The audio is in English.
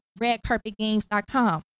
redcarpetgames.com